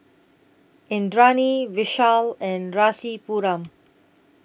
Indranee Vishal and Rasipuram